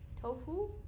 Tofu